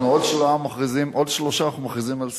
אנחנו עוד שלושה, אנחנו מכריזים על סיעה.